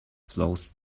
flows